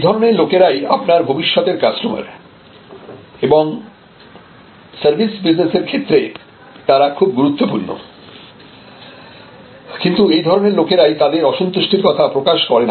এই ধরনের লোকেরাই আপনার ভবিষ্যতের কাস্টমার এবং সার্ভিস বিজনেসের ক্ষেত্রে তারা খুব গুরুত্বপূর্ণ কিন্তু এই ধরনের লোকেরাই তাদের অসন্তুষ্টির কথা প্রকাশ করে না